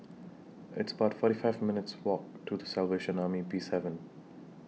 It's about forty five minutes' Walk to The Salvation Army Peacehaven